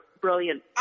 brilliant